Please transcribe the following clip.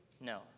No